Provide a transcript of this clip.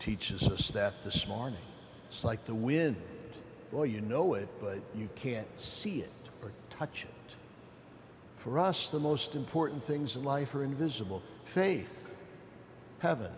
teaches us that the smart slike the when well you know it but you can't see it or touch it for us the most important things in life are invisible faith have